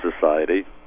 society